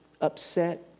upset